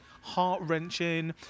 heart-wrenching